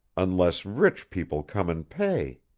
unless rich people come and pay.